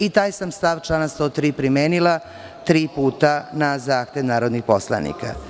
I taj sam stav člana 103. primenila tri puta na zahtev narodnih poslanika.